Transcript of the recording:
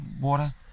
water